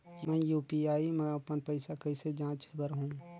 मैं यू.पी.आई मा अपन पइसा कइसे जांच करहु?